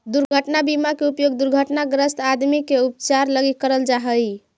दुर्घटना बीमा के उपयोग दुर्घटनाग्रस्त आदमी के उपचार लगी करल जा हई